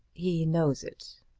he knows it.